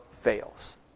fails